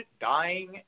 dying